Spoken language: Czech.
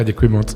Děkuji moc.